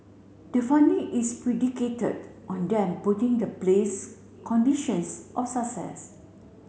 the funding is predicated on them putting the place conditions of success